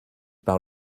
par